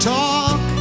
talk